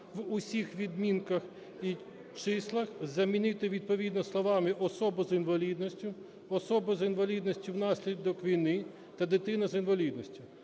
в усіх відмінках і числах замінити відповідно словами "особа з інвалідністю", "особа з інвалідністю внаслідок війни" та "дитина з інвалідністю"